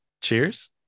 Cheers